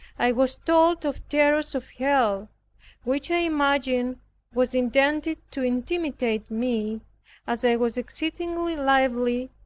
i was told of terrors of hell which i imagined was intended to intimidate me as i was exceedingly lively,